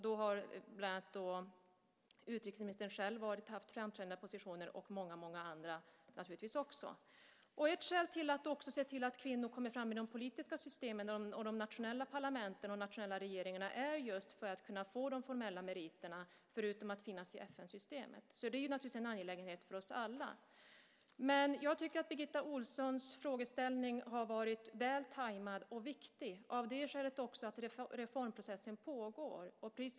Då har utrikesministern själv haft framträdande positioner - och naturligtvis många andra. Ett skäl till att också se till att kvinnor kommer fram inom de politiska systemen, de nationella parlamenten och nationella regeringarna är just för att få de formella meriterna - förutom att finnas i FN-systemet. Det är naturligtvis en angelägenhet för oss alla. Jag tycker att Birgitta Ohlssons fråga har varit väl tajmad och viktig, också av det skälet att reformprocessen pågår.